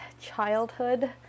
childhood